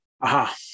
Aha